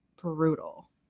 brutal